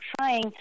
trying